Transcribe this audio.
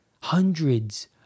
hundreds